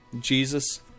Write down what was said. Jesus